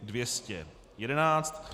211.